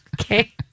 Okay